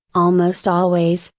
almost always,